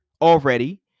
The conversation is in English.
already